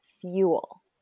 fuel